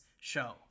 show